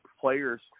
players